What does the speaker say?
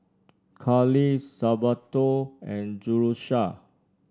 Carley Salvatore and Jerusha